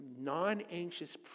non-anxious